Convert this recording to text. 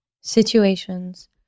situations